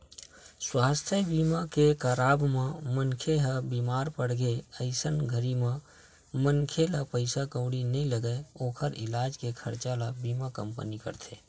सुवास्थ बीमा के कराब म मनखे ह बीमार पड़गे अइसन घरी म मनखे ला पइसा कउड़ी नइ लगय ओखर इलाज के खरचा ल बीमा कंपनी करथे